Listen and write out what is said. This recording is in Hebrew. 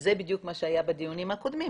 וזה בדיוק מה שהיה בדיונים הקודמים,